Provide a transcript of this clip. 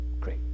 great